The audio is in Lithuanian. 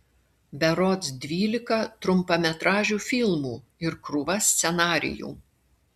berods dvylika trumpametražių filmų ir krūva scenarijų